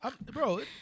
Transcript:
Bro